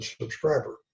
subscriber